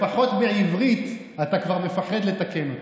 לפחות בעברית אתה כבר מפחד לתקן אותי.